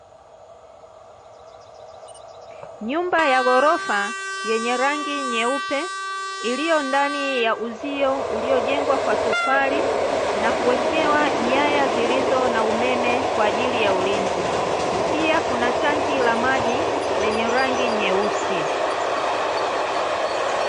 Nyumba ya ghorofa, yenye rangi nyeupe, iliyo ndani ya uzio uliojengwa kwa tofali na kuwekewa nyaya zilizo na umeme kwa ajili ya ulinzi. Pia kuna tanki la maji lenye rangi nyeusi.